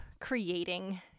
creating